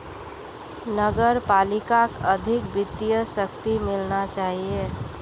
नगर पालिकाक अधिक वित्तीय शक्ति मिलना चाहिए